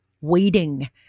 waiting